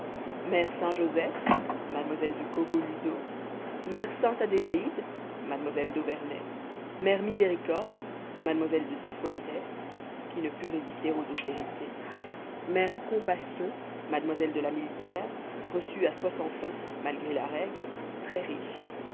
mère saint-joseph mlle de cogolludo mère sainte adélaïde mlle d'auverney mère miséricorde mlle de cifuentes qui ne put résister aux austérités mère compassion mlle de la miltière reçue à soixante ans malgré la règle très riche